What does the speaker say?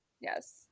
Yes